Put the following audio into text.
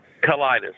Colitis